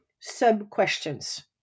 sub-questions